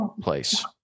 place